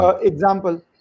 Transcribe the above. example